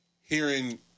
hearing